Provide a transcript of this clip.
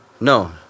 no